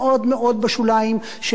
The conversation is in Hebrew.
שלא יהיו חריגות קיצוניות.